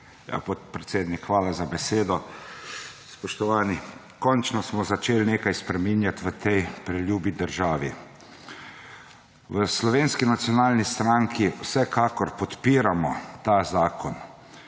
Podpredsednik, hvala za besedo. Spoštovani! Končno smo začeli nekaj spreminjati v tej preljubi državi. V Slovenski nacionalni stranki vsekakor podpiramo ta zakon.